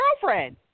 girlfriend